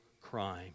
crime